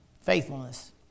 Faithfulness